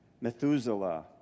Methuselah